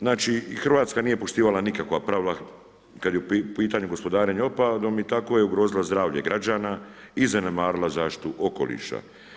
Znači Hrvatska nije poštivala nikakva pravila kad je u pitanju gospodarenje otpadom i tako je ugrozila zdravlje građana i zanemarila zaštitu okoliša.